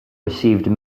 received